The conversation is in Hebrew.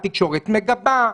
התקשורת מגבה.